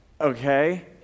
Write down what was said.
okay